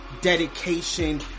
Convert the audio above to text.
dedication